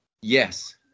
Yes